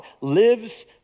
lives